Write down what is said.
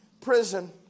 prison